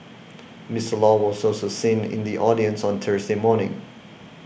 Mister Law was also seen in the audience on Thursday morning